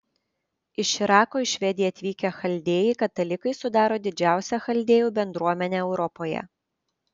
iš irako į švediją atvykę chaldėjai katalikai sudaro didžiausią chaldėjų bendruomenę europoje